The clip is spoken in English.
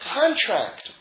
contract